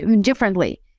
differently